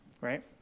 right